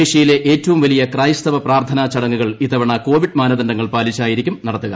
ഏഷ്യയിലെ ഏറ്റവും വലിയ ക്രൈസ്തവ പ്രാർത്ഥനാ ചടങ്ങുകൾ ഇത്തവണ കോവിഡ് മാനദണ്ഡങ്ങൾ പാലിച്ചായിരിക്കും നടത്തുക